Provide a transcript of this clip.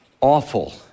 awful